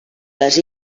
les